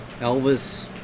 Elvis